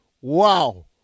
wow